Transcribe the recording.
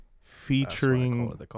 featuring